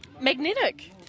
Magnetic